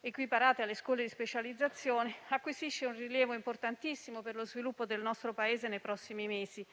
equiparata alle scuole di specializzazione, acquisisce un rilievo importantissimo per lo sviluppo del nostro Paese nei prossimi mesi.